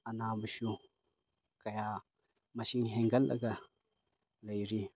ꯑꯅꯥꯕꯁꯨ ꯀꯌꯥ ꯃꯁꯤꯡ ꯍꯦꯟꯒꯠꯂꯒ ꯂꯩꯔꯤ